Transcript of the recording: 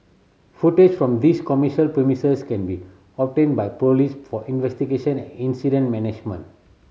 footage from these commercial premises can be obtained by police for investigation and incident management